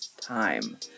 time